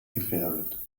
gefährdet